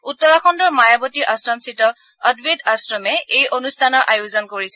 উত্তৰাখণ্ডৰ মায়াৱতী আশ্ৰমস্থিত অদ্বেত আশ্ৰমে এই অনুষ্ঠানৰ আয়োজন কৰিছে